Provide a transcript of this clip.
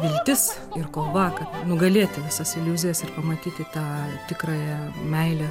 viltis ir kova nugalėti visas iliuzijas ir pamatyti tą tikrąją meilės